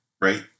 right